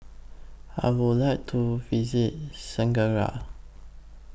I Would like to visit